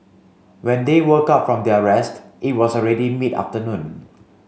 when they woke up from their rest it was already mid afternoon